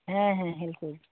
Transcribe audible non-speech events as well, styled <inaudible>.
হ্যাঁ হ্যাঁ <unintelligible>